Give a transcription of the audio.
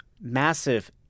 massive